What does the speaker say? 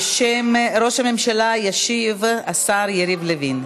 בשם ראש הממשלה ישיב השר יריב לוין.